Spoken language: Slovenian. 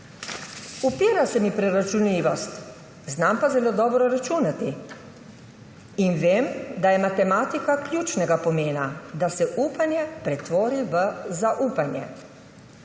Upira se mi preračunljivost, znam pa zelo dobro računati in vem, da je matematika ključnega pomena, da se upanje pretvori v zaupanje.